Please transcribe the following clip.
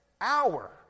hour